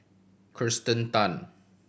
Kirsten Tan